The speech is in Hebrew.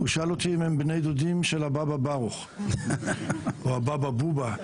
שאל אותי אם הם בני דודים של הבאבא ברוך או הבאבא בובה.